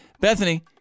Bethany